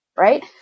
Right